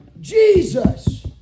Jesus